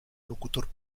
locutor